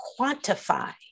quantify